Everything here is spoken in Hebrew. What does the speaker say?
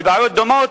מבעיות דומות,